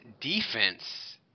defense